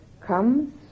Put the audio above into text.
comes